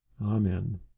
Amen